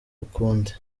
ukundi